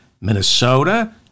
Minnesota